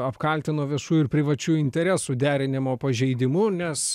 apkaltino viešų ir privačių interesų derinimo pažeidimu nes